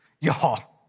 y'all